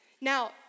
Now